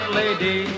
lady